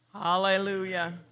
Hallelujah